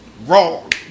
Wrong